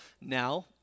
now